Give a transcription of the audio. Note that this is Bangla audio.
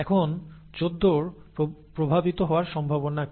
এখন 14 এর প্রভাবিত হওয়ার সম্ভাবনা কি